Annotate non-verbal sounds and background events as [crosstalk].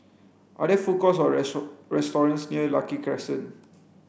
are there food courts or [unintelligible] restaurants near Lucky Crescent